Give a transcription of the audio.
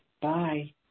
Bye